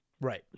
right